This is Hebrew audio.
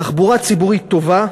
תחבורה ציבורית טובה,